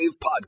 Podcast